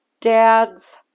dad's